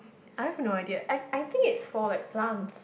I have no idea I I think it's for like plant